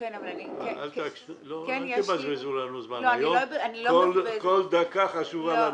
אל תבזבזו לנו זמן היום, כל דקה חשובה לנו.